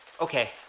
Okay